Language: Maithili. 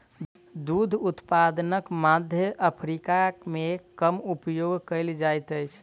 दूध उत्पादनक मध्य अफ्रीका मे कम उपयोग कयल जाइत अछि